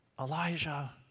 Elijah